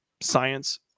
science